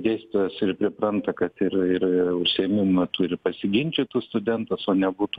dėstytojas ir pripranta kad ir ir užsiėmimų metu ir pasiginčytų studentas o nebūtų